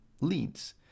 leads